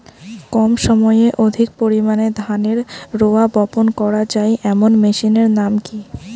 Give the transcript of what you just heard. কম সময়ে অধিক পরিমাণে ধানের রোয়া বপন করা য়ায় এমন মেশিনের নাম কি?